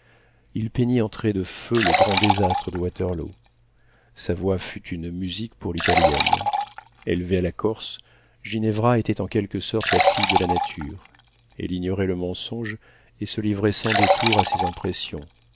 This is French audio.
il peignit en traits de feu le grand désastre de waterloo sa voix fut une musique pour l'italienne élevée à la corse ginevra était en quelque sorte la fille de la nature elle ignorait le mensonge et se livrait sans détour à ses impressions